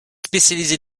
spécialisé